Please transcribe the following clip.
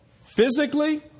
physically